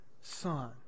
Son